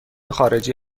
خارجی